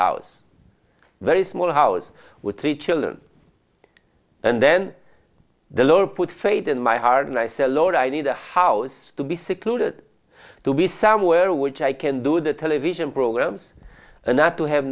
house very small house with three children and then the lower put fate in my hardness a lot i need a house to be secluded to be somewhere which i can do the television programs and not to have